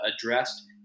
addressed